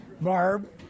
Barb